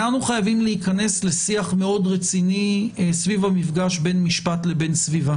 אנחנו חייבים להיכנס לשיח מאוד רציני סביב המפגש בין משפט לבין סביבה